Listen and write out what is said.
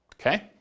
Okay